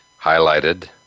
highlighted